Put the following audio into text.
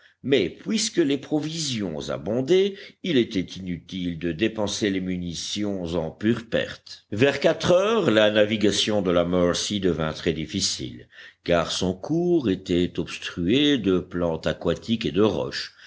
mais puisque les provisions abondaient il était inutile de dépenser les munitions en pure perte vers quatre heures la navigation de la mercy devint très difficile car son cours était obstrué de plantes aquatiques et de roches